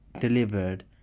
delivered